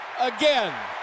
again